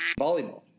volleyball